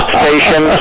station